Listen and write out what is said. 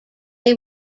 they